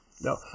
no